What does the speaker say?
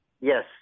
Yes